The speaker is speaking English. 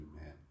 Amen